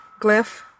glyph